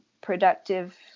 productive